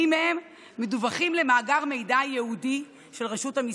מהם מדווחים למאגר מידע ייעודי של רשות המיסים.